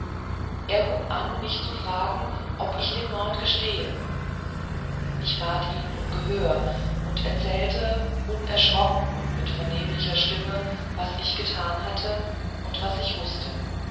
er hub an mich zu fragen ob ich den mord gestehe ich bat ihn um gehör und erzählte unerschrocken und mit vernehmlicher stimme was ich getan hatte und was ich wußte